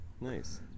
nice